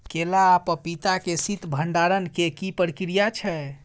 केला आ पपीता के शीत भंडारण के की प्रक्रिया छै?